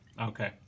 Okay